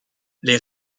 les